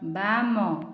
ବାମ